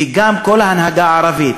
וגם כל ההנהגה הערבית,